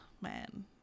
man